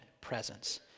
presence